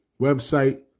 Website